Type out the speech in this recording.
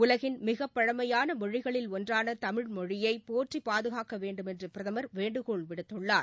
உலகின் மிகப்பழமையான மொழிகளில் ஒன்றான தமிழ் மொழியை போற்றி பாதுக்க வேண்டுமென்று பிரதமர் வேண்டுகோள் விடுத்துள்ளார்